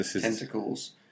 tentacles